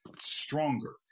Stronger